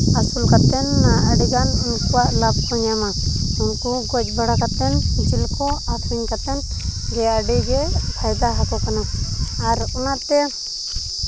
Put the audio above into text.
ᱟᱹᱥᱩᱞ ᱠᱟᱛᱮ ᱟᱹᱰᱤᱜᱟᱱ ᱩᱱᱠᱩᱣᱟᱜ ᱞᱟᱵᱽ ᱠᱚ ᱧᱟᱢᱟ ᱩᱱᱠᱩ ᱜᱚᱡ ᱵᱟᱲᱟ ᱠᱟᱛᱮ ᱡᱤᱞ ᱠᱚ ᱟᱹᱠᱷᱨᱤᱧ ᱠᱟᱛᱮ ᱟᱹᱰᱤᱜᱮ ᱯᱷᱟᱭᱫᱟ ᱟᱠᱚ ᱠᱟᱱᱟ ᱟᱨ ᱚᱱᱟᱛᱮ